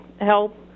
help